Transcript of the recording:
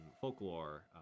folklore